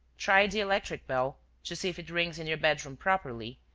try the electric bell, to see if it rings in your bedroom properly,